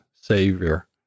Savior